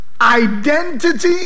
identity